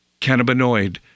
cannabinoid